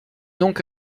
donc